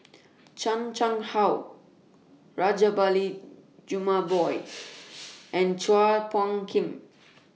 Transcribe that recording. Chan Chang How Rajabali Jumabhoy and Chua Phung Kim